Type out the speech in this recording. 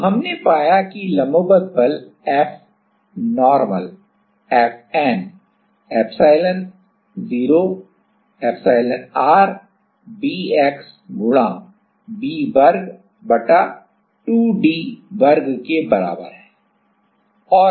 तो हमने पाया कि लंबवत बल FN epsilon0 epsilonr bx गुणा V वर्ग बटा 2 d वर्ग के बराबर है